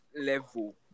level